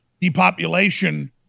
depopulation